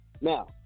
Now